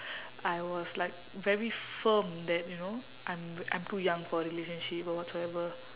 I was like very firm that you know I'm I'm too young for a relationship or whatsoever